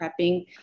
prepping